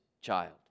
child